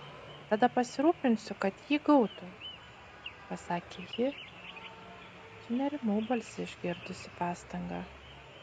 tada pasirūpinsiu kad jį gautų pasakė ji sunerimau balse išgirdusi pastangą